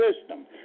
system